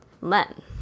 Len